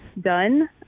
done